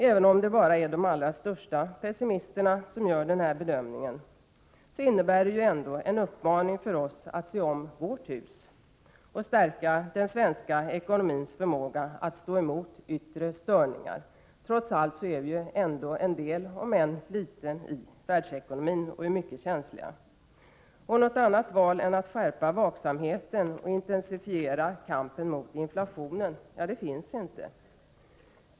Även om det bara är de allra största pessimisterna som gör den här bedömningen, innebär det ändå en uppmaning till oss att se om vårt hus och stärka den svenska ekonomins förmåga att stå emot yttre störningar. Trots allt är vi en del, om än en liten, i världsekonomin och är mycket känsliga. Något annat val än att skärpa vaksamheten och intensifiera kampen mot inflationen finns inte.